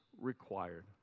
required